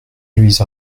vise